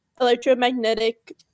electromagnetic